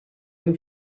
him